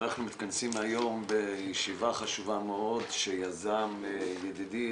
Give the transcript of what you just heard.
אנחנו מתכנסים היום בישיבה חשובה מאוד שיזם ידידי,